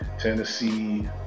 Tennessee